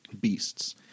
beasts